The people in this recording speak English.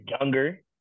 younger